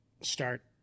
start